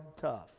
tough